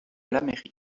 l’amérique